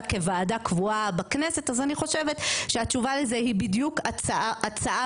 כוועדה קבועה בכנסת אז אני חושבת שהתשובה לזה היא בדיוק הצעה